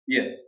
Yes